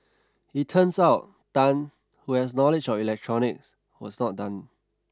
it turns out Tan who has knowledge of electronics was not done